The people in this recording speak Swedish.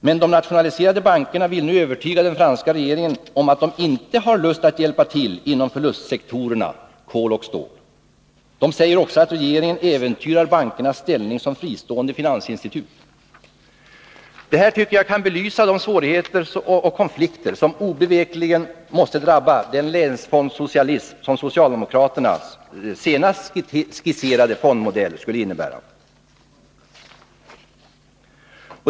Men de nationaliserade bankerna vill nu övertyga den franska regeringen om att de inte har lust att hjälpa till inom förlustsektorerna kol och stål. De säger också att regeringen äventyrar bankernas ställning som fristående finansinstitut. Detta kan belysa de svårigheter och konflikter som obevekligen måste drabba den länsfondsocialism som socialdemokratins senaste skisserade fondmodell skulle innebära.